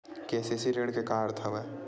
KCC ऋण के का अर्थ हवय?